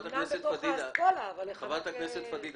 אמנם בתוך האסכולה אבל --- חברת הכנסת פדידה,